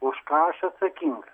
už ką aš atsakingas